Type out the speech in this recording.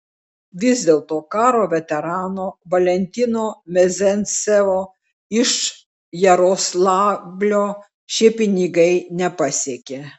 vis dėlto karo veterano valentino mezencevo iš jaroslavlio šie pinigai nepasiekė